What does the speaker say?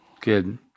Good